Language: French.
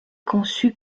conçu